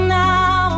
now